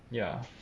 ya